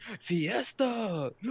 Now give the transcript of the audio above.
fiesta